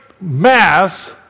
mass